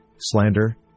slander